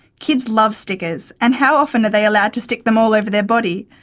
kids love stickers, and how often are they allowed to stick them all over their body?